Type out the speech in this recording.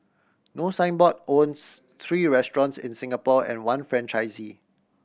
no Signboard owns three restaurants in Singapore and one franchisee